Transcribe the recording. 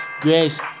grace